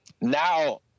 now